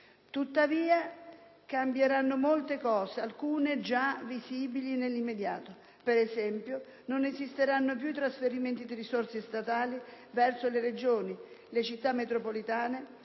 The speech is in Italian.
Tuttavia cambieranno molte cose, alcune già visibili nell'immediato. Per esempio, non esisteranno più i trasferimenti di risorse statali verso le Regioni, le Città metropolitane,